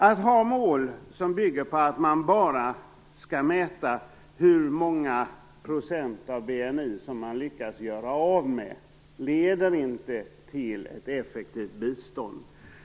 Att ha mål som bygger på att man bara skall mäta hur många procent av BNI som man lyckas göra av med leder inte till ett effektivt bistånd.